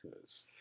cause